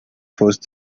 forced